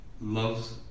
loves